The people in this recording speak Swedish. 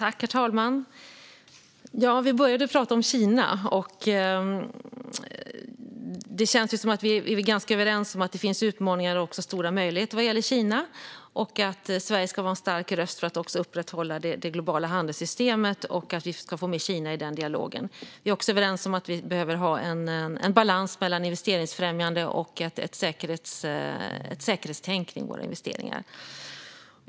Herr talman! Vi började med att prata om Kina. Det känns som att vi är ganska överens om att det finns utmaningar och stora möjligheter vad gäller Kina och att Sverige ska vara en stark röst för att upprätthålla det globala handelssystemet och att vi ska få med Kina i den dialogen. Vi är också överens om att vi behöver ha en balans mellan investeringsfrämjande och ett säkerhetstänk kring våra investeringar.